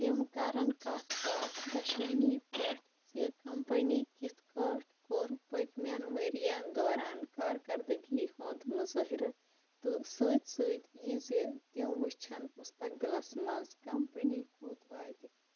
تِم کرَن کَتھ باتھ دۄشوٕنی پٮ۪ٹھ زِ کمپٔنی کِتھٕ پٲٹھۍ کوٚر پٔتۍ مٮ۪ن ؤریَن دوران کارکَردٕگی ہُنٛد مُظٲہرٕ تہٕ سۭتۍ سۭتۍ یہِ زِ تِم وُچھَن مُستقبِلَس منٛز کمپٔنی کوٚت واتہِ